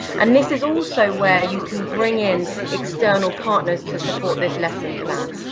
and this is also where you can bring in external partners to support this lesson plan,